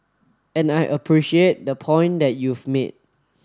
and I appreciate the point that you've made